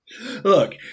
Look